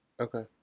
okay